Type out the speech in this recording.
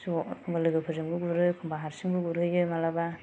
ज एखमब्ला लोगो फोरजोंबो गुरो एखमब्ला हारसिंबो गुरहैयो माब्लाबा